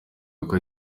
kuko